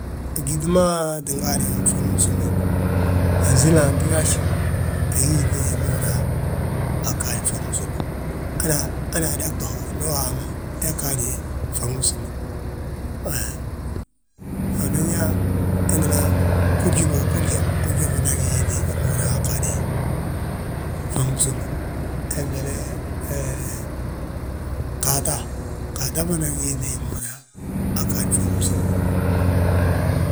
Gyíŧi maa ttin gaadi bfaŋi bsúme, ansílanti gaaj, agí yíŧe hi ma húri yaa aa ggaadi bfaŋi bsúme. Hana adagtu ho ndu haa ma, hee gaadi bfaŋi bsúme. Unan yaa hentele, gurji go, gurja, gurji fana gí yíŧe hi ma húri yaa, aa gaade bfaŋi bsúme. Hentele ghaata, ghaata fana gí yíŧe hi ma húri yaa aa ggaadi bfaŋi bsúme.